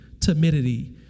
timidity